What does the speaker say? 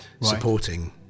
supporting